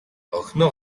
охиноо